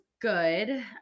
good